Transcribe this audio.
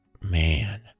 Man